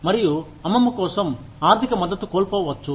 మరియు అమ్మమ్మ కోసం ఆర్థిక మద్దతు కోల్పోవచ్చు